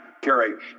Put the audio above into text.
carry